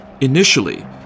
Initially